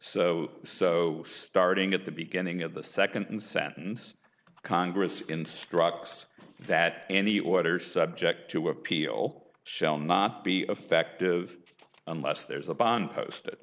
so so starting at the beginning of the second sentence congress instructs that any order subject to appeal shall not be affective unless there's a bond posted